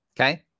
Okay